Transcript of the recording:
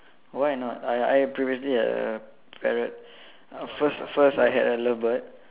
why not I I previously had a parrot uh first first I had a love bird